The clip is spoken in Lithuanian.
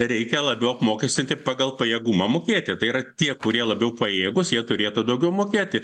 reikia labiau apmokestinti pagal pajėgumą mokėti tai yra tie kurie labiau pajėgūs jie turėtų daugiau mokėti